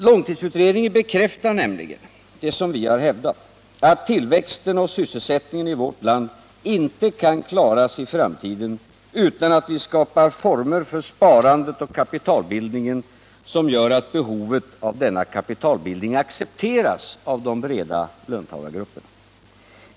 Långtidsutredningen bekräftar nämligen det som vi har hävdat: att tillväxten och sysselsättningen i vårt land inte kan klaras i framtiden, utan att vi skapar former för sparandet och kapitalbildningen som gör att behovet av denna kapitalbildning accepteras av de breda löntagargrupperna.